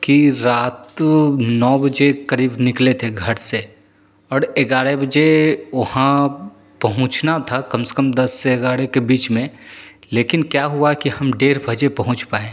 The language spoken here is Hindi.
कि रात नौ बजे के करीब निकले थे घर से और ग्यारह बजे वहाँ पहुँचना था कम से कम दस से ग्यारह के बीच में लेकिन क्या हुआ कि हम डेढ़ बजे पहुँच पाए